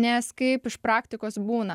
nes kaip iš praktikos būna